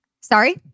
Sorry